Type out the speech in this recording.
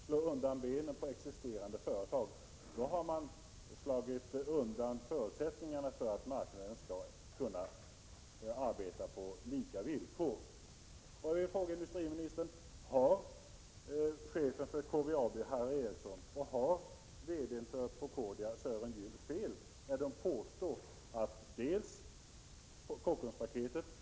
Som folkpartiets representant i regionalpolitiska rådet hade jag förväntat mig ett mer aktivt arbete för att stimulera utsatta regioner i olika åtgärdsprogram.